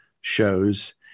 shows